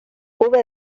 hube